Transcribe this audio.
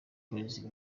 boys